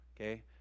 Okay